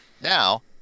Now